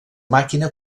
màquina